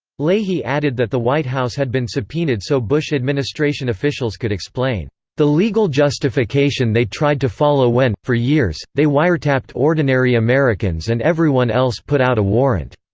leahy added that the white house had been subpoenaed so bush administration officials could explain the legal justification they tried to follow when, for years, they wiretapped ordinary americans and everyone else put out a warrant.